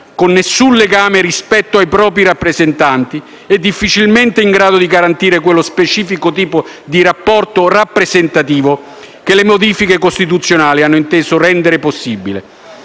di alcun legame con i propri rappresentati e difficilmente in grado di garantire quello specifico tipo di rapporto rappresentativo che la modificazione costituzionale ha inteso rendere possibile.